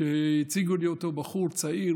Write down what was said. שהציגו לי אותו: בחור צעיר,